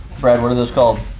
brad, what are those called?